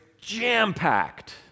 jam-packed